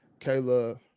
Kayla